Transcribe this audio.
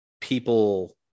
people